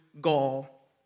gall